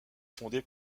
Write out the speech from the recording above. fondée